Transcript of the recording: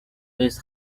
his